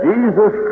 Jesus